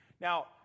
Now